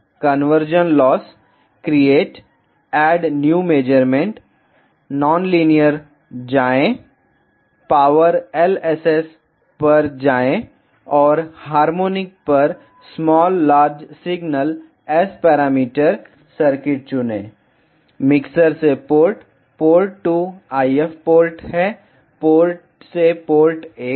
conversion loss create add new measurement non linear जाएं power LSS पर जाएँ और हार्मोनिक पर small large signal S parameter circuit चुनें मिक्सर से पोर्ट पोर्ट 2 IF पोर्ट है पोर्ट से पोर्ट 1 है